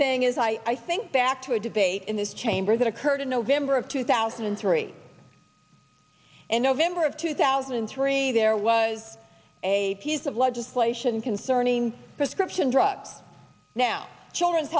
thing is i i think back to a debate in this chamber that occurred in november of two thousand and three and november of two thousand and three there was a piece of legislation concerning prescription drugs now children's